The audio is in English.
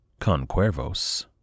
Conquervos